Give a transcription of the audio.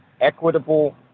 equitable